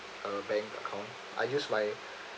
uh bank account I use my